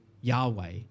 Yahweh